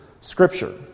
Scripture